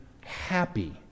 happy